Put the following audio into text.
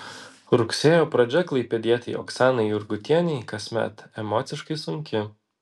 rugsėjo pradžia klaipėdietei oksanai jurgutienei kasmet emociškai sunki